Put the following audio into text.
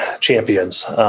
champions